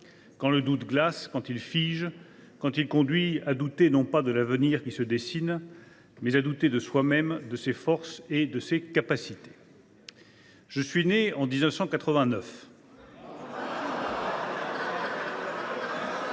quand le doute glace, quand il fige, quand il conduit à s’interroger non pas sur l’avenir qui se dessine, mais sur soi même, sur ses forces et sur ses capacités. « Je suis né en 1989.